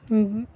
اوہ ہوں